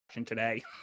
today